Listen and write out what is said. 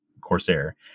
Corsair